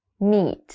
meet